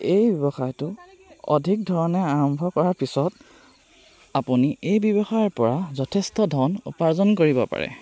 এই ব্যৱসায়টো অধিক ধৰণে আৰম্ভ কৰাৰ পিছত আপুনি এই ব্যৱসায়ৰ পৰা যথেষ্ট ধন উপাৰ্জন কৰিব পাৰে